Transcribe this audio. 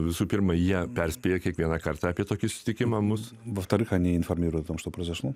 visų pirma jie perspėja kiekvieną kartą apie tokį susitikimą mūsų motoriką neinformavę trokšta procesų